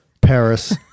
Paris